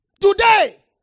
Today